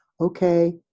Okay